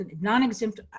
non-exempt